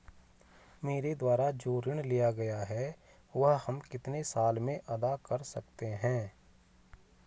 मेरे द्वारा जो ऋण लिया गया है वह हम कितने साल में अदा कर सकते हैं?